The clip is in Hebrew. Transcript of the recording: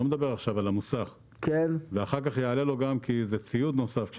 אחר כך יעלה לו עוד כי זה ציוד נוסף.